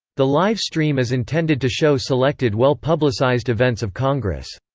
the live stream is intended to show selected well-publicized events of congress.